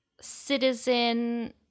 citizen